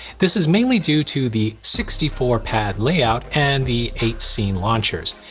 this is mainly due to the sixty four pad layout and the eight scene launchers.